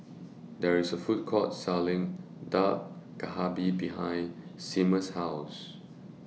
There IS A Food Court Selling Dak behind Seamus' House